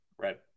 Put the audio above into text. Right